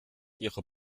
ihrer